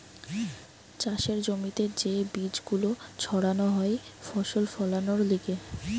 চাষের জমিতে যে বীজ গুলো ছাড়ানো হয় ফসল ফোলানোর লিগে